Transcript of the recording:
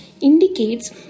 indicates